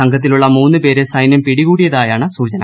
സംഘത്തിലുള്ള മൂന്ന് പേരെ സൈന്യം പിടികൂടിയതായാണ് സൂചന